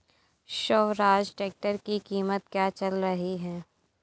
Swaraj tractor की कीमत क्या चल रही है?